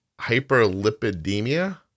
hyperlipidemia